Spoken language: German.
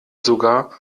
sogar